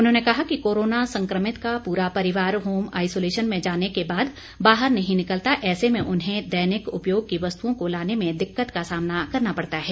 उन्होंने कहा कि कोरोना संक्रमित का पूरा परिवार होमआईसोलेशन में जाने के बाद बाहर नहीं निकलता ऐसे में उन्हें दैनिक उपयोग की वस्तुओं को लाने में दिक्कत का सामना करना पड़ता है